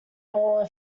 all